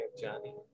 Johnny